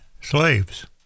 slaves